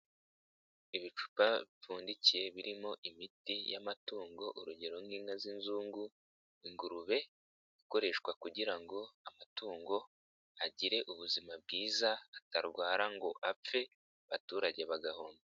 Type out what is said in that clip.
Ibicupa bipfundikiye birimo imiti y'amatungo urugero nk'inka z'inzungu, ingurube, ikoreshwa kugira ngo amatungo agire ubuzima bwiza, atarwara ngo apfe abaturage bagahomba.